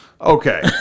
Okay